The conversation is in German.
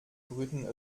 brüten